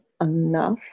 enough